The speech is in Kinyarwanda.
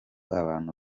abantu